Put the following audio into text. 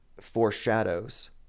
foreshadows